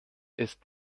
ist